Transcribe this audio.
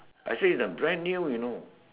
I say is a brand new you know